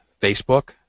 Facebook